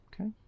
Okay